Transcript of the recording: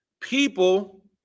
People